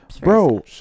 bro